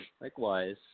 likewise